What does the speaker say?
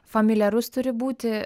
familiarus turi būti